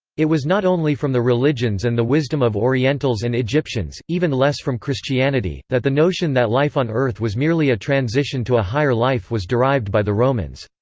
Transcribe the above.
it was not only from the religions and the wisdom of orientals and egyptians, even less from christianity, that the notion that life on earth was merely a transition to a higher life was derived by the romans.